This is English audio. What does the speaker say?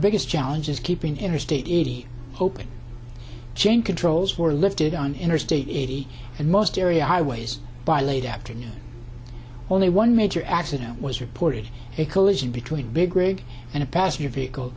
biggest challenge is keeping interstate eighty hoping jane controls were lifted on interstate eighty and most area highways by late afternoon only one major accident was reported a collision between a big rig and a passenger vehicle